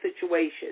situations